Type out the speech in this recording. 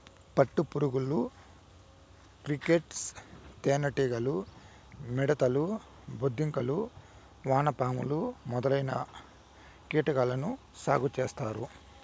పట్టు పురుగులు, క్రికేట్స్, తేనె టీగలు, మిడుతలు, బొద్దింకలు, వానపాములు మొదలైన కీటకాలను సాగు చేత్తారు